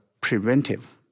preventive